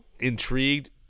Intrigued